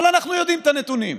אבל אנחנו יודעים את הנתונים,